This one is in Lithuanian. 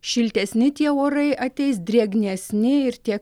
šiltesni tie orai ateis drėgnesni ir tie